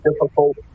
difficult